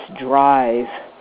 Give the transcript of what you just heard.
drive